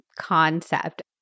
concept